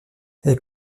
elle